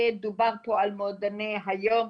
דובר פה על מועדוני היום,